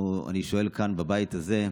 אני שואל כאן, בבית הזה,